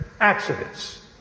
accidents